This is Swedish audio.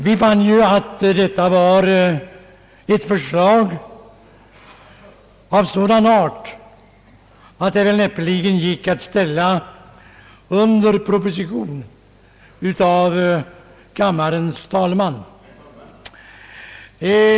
Vi fann att detta var ett förslag av sådan art att det näppeligen kunde ställas under proposition av kammarens talman.